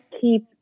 keep